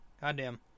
goddamn